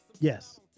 Yes